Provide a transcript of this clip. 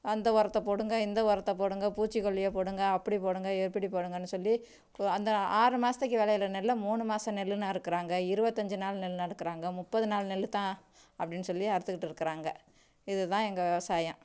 அந்த ஒரத்தை போடுங்கள் இந்த ஒரத்தை போடுங்கள் பூச்சிக்கொல்லியை போடுங்கள் அப்படி போடுங்கள் இப்படி போடுங்கன்னு சொல்லி அந்த ஆறு மாதத்துக்கு விளையுற நெல்லை மூணு மாதம் நெல்லுன்னு அறுக்குறாங்க இருபத்தி அஞ்சு நாள் நெல்லுன்னு அறுக்குறாங்க முப்பது நாள் நெல் தான் அப்படின்னு சொல்லி அறுத்துக்கிட்டு இருக்குறாங்க இது தான் எங்கள் விவசாயம்